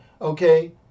okay